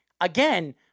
again –